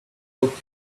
look